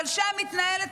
אבל שם מתנהלת